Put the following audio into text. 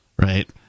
right